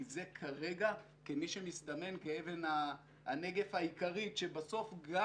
כי זה כרגע מסתמן כאבן הנגף העיקרית שבסוף גם